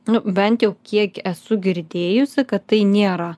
nu bent jau kiek esu girdėjusi kad tai nėra